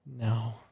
No